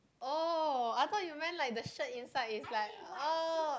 oh I thought you meant like the shirt inside is oh